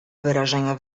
wyrażenia